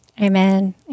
Amen